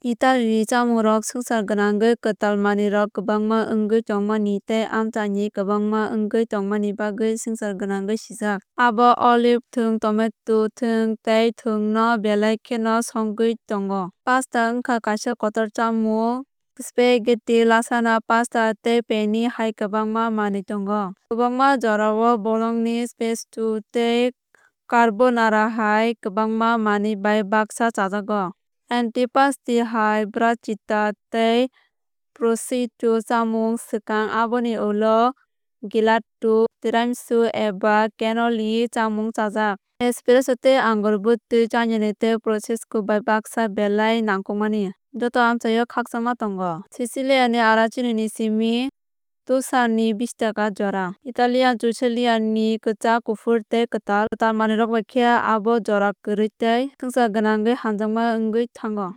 Italyni chamungrok swngchar gwnangwi kwtal manwirok kwbangma wngwi tongmani tei amchaini kwbangma wngwi tongmani bagwi swngchar gwnangwi sijak. Abo oliv thwng tomato thwng tei thwng no belai kheno swngwi tongo. Pasta wngkha kaisa kotor chamung spaghetti lasagna pasta tei penne hai kwbangma manwi tongo. Kwbangma jorao bolognese pesto tei carbonara hai kwbangma manwi bai baksa chajago. Antipasti hai bruschetta tei prosciutto chamung swkang aboni ulo gelato tiramisu eba cannoli chamung chajak. Espresso tei angur bwtwi chainani tei prosecco bai baksa belai nangkukmani. Joto amchaio khakchangma tongo sisiliani arancini ni simi tuskan ni bistecca jora. Italian cuisine ni kwchak kuphur tei kwtal kwtal manwirok bai khe abo jora kwrwi tei swngchar gwnangwi hamjakma wngwi thango.